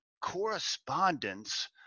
correspondence